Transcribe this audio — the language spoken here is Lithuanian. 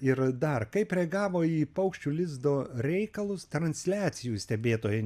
ir dar kaip reagavo į paukščių lizdo reikalus transliacijų stebėtojai